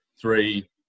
three